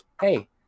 hey